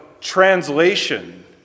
translation